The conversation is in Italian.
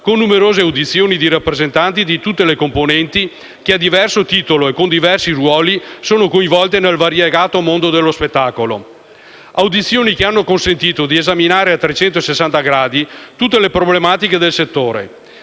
con numerose audizioni di rappresentanti di tutte le componenti che, a diverso titolo e con diversi ruoli, sono coinvolte nel variegato mondo dello spettacolo; audizioni che hanno consentito di esaminare a 360 gradi tutte le problematiche del settore